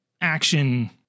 action